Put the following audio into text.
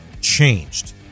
changed